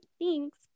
Thanks